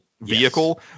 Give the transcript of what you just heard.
vehicle